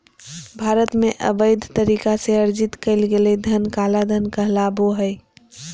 भारत में, अवैध तरीका से अर्जित कइल गेलय धन काला धन कहलाबो हइ